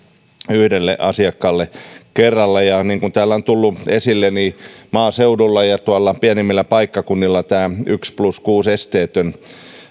yhdelle asiakkaalle kerrallaan niin kuin täällä on tullut esille maaseudulla ja ja tuolla pienemmillä paikkakunnilla tämä esteetön yksi plus kuusi